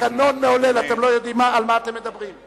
התקנון מעולל, אתם לא יודעים על מה אתם מדברים.